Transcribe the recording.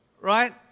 Right